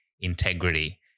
integrity